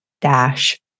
dash